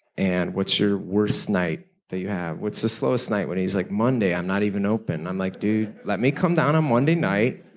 and what's your worst night that you have what's the slowest night? when he's like, monday. i'm not even open. i'm like, dude, let me come down on monday night.